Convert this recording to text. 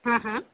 હા હા